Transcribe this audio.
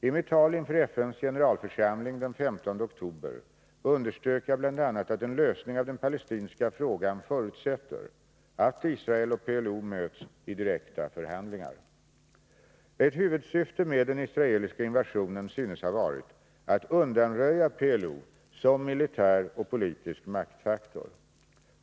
I mitt tal inför FN:s generalförsamling den 15 oktober underströk jag bl. a, att en lösning av den palestinska frågan förutsätter att Israel och PLO möts i direkta förhandlingar. Ett huvudsyfte med den israeliska invasionen synes ha varit att undanröja PLO som militär och politisk maktfaktor.